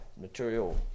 material